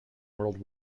world